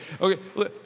okay